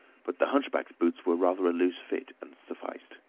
but the hunchback's boots were rather a loose fit and sufficed.